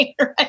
right